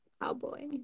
cowboy